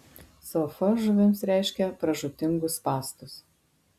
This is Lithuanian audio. sofa žuvims reiškia pražūtingus spąstus